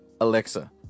alexa